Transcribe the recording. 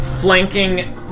flanking